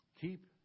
Keep